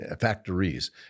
factories